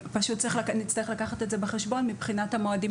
נצטרך לקחת את זה בחשבון מבחינת המועדים